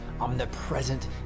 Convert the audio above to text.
omnipresent